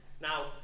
Now